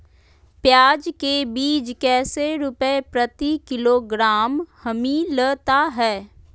प्याज के बीज कैसे रुपए प्रति किलोग्राम हमिलता हैं?